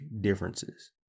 differences